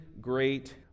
great